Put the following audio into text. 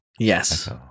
Yes